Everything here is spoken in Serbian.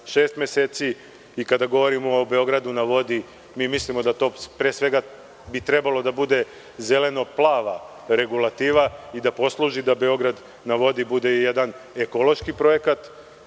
meseci. Kada govorimo o „Beogradu na vodi“, mi mislimo da to pre svega bi trebalo da bude zeleno plava regulativa i da posluži da „Beograd na vodi“ bude jedan ekološki projekat. Kada